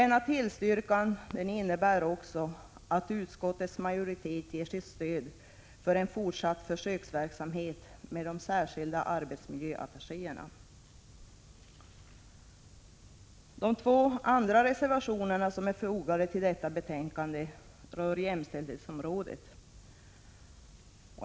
När utskottsmajoriteten avstyrker motionen ger vi också vårt stöd för en fortsatt försöksverksamhet med de särskilda arbetsmiljöattachéerna. De två andra reservationer som är fogade till detta betänkande berör jämställdhetsområdet.